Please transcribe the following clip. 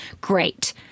great